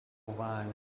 wahlen